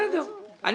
בסדר.